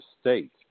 state